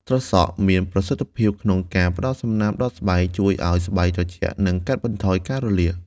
ត្រសក់មានប្រសិទ្ធភាពក្នុងការផ្តល់សំណើមដល់ស្បែក ជួយឲ្យស្បែកត្រជាក់ និងកាត់បន្ថយការរលាក។